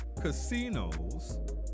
casinos